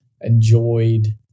enjoyed